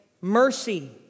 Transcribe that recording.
Mercy